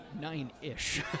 nine-ish